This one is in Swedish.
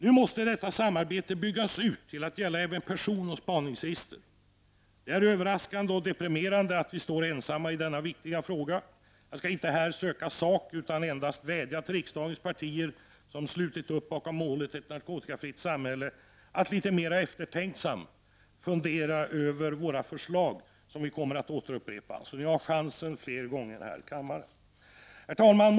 Nu måste detta samarbete byggas ut till att omfatta även personoch spaningsregister. Det är överraskande och deprimerande att vi står ensamma i denna viktiga fråga. Jag skall inte här söka sak utan endast vädja till riksdagens partier, som slutit upp bakom målet ett narkotikafritt samhälle, att litet mer eftertänksamt fundera över vårt förslag, som vi kommer att återupprepa, så ni har chansen fler gånger. Herr talman!